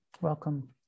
Welcome